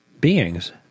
beings